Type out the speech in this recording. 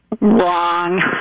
Wrong